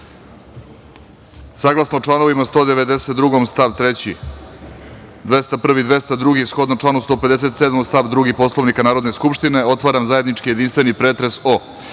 članovima 192. stav 3, 201, 202. shodno članu 157. stav 2. Poslovnika Narodne skupštine, otvaram zajednički jedinstveni pretres o: